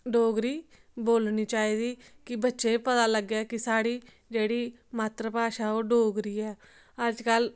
डोगरी बोलनी चाहिदी कि बच्चें गी पता लग्गै कि साढ़ी जेह्ड़ी मात्तर भाशा ऐ ओह् डोगरी ऐ अज्ज कल